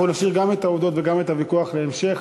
אנחנו נשאיר גם את העובדות וגם את הוויכוח להמשך.